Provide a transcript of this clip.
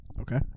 Okay